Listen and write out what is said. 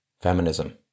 feminism